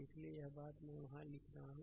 इसलिए यह बात मैं वहां लिख रहा हूं